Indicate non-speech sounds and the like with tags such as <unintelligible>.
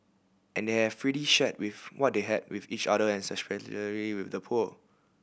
and they have freely shared with what they had with each other and <unintelligible> with the poor